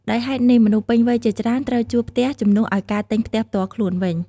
ដោយហេតុនេះ មនុស្សពេញវ័យជាច្រើនត្រូវជួលផ្ទះជំនួសឱ្យការទិញផ្ទះផ្ទាល់ខ្លួនវិញ។